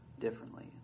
differently